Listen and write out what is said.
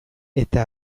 eta